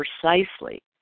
precisely